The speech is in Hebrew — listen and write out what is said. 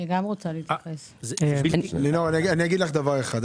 לינור, אגיד לך דבר אחד.